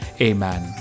Amen